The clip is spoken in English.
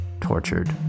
tortured